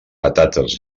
patates